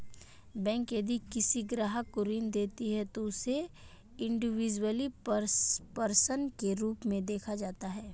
bank यदि किसी ग्राहक को ऋण देती है तो उसे इंडिविजुअल पर्सन के रूप में देखा जाता है